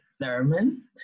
thurman